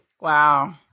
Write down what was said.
Wow